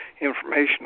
information